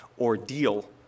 ordeal